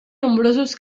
nombrosos